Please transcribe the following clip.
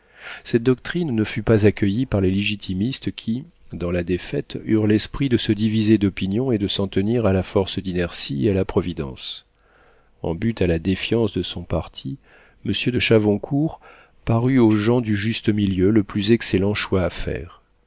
cette doctrine ne fut pas accueillie par les légitimistes qui dans la défaite eurent l'esprit de se diviser d'opinions et de s'en tenir à la force d'inertie et à la providence en butte à la défiance de son parti monsieur de chavoncourt parut aux gens du juste-milieu le plus excellent choix à faire